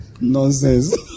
Nonsense